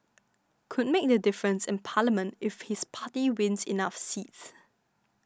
could make the difference in Parliament if his party wins enough seats